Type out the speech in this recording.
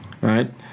right